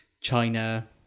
china